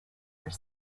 were